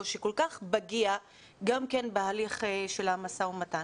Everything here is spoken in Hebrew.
שהוא כל כך פגיע גם בהליך של המשא ומתן.